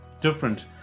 different